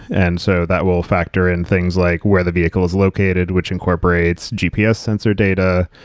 and so, that will factor in things like where the vehicle is located, which incorporates gps sensor data.